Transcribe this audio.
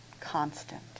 Constant